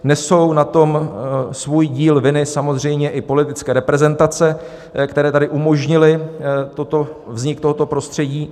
Nesou na tom svůj díl viny samozřejmě i politické reprezentace, které tady umožnily vznik tohoto prostředí.